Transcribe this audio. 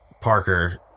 Parker